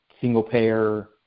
single-payer